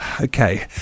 okay